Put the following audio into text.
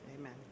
Amen